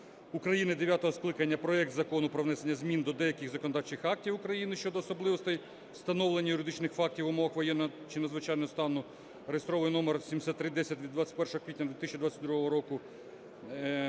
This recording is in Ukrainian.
України дев'ятого скликання проект Закону про внесення змін до деяких законодавчих актів України щодо особливостей встановлення юридичних фактів в умовах воєнного чи надзвичайного стану (реєстровий номер 7310, від 21 квітня 2022 року)